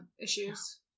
issues